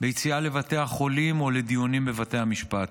ביציאה לבתי החולים או לדיונים בבתי המשפט.